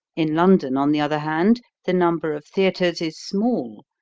in london, on the other hand, the number of theaters is small,